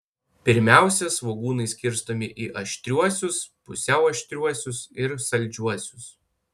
pirmiausia svogūnai skirstomi į aštriuosius pusiau aštriuosius ir saldžiuosius